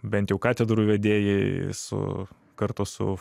bent jau katedrų vedėjai su kartu su